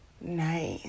nice